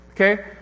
Okay